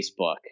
Facebook